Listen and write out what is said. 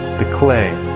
the clay,